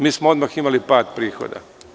Mi smo odmah imali par prihoda.